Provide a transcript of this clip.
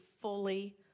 fully